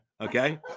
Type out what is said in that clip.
okay